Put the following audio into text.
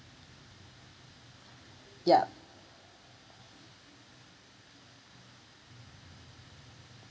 ya